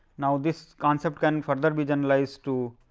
now, this concepts can further we generalized to